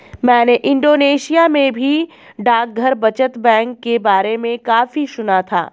मैंने इंडोनेशिया में भी डाकघर बचत बैंक के बारे में काफी सुना था